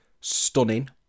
stunning